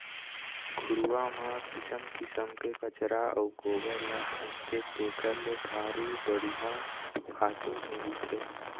घुरूवा म किसम किसम के कचरा अउ गोबर ल फेकथे तेखर ले भारी बड़िहा खातू मिलथे